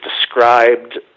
described